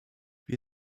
wir